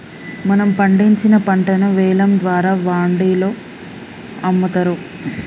మనం పండించిన పంటను వేలం ద్వారా వాండిలో అమ్ముతారు